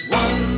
one